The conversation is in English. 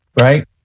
right